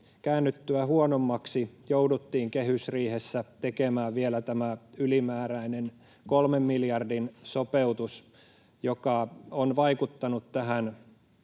käännyttyä huonommaksi jouduttiin kehysriihessä tekemään vielä tämä ylimääräinen kolme miljardin sopeutus, joka on vaikuttanut